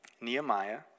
Nehemiah